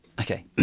Okay